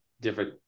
different